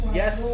yes